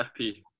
FP